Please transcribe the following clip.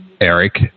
eric